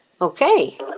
Okay